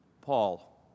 Paul